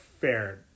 fair